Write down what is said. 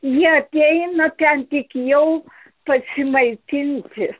jie ateina ten tik jau pasimaitinti